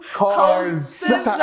cars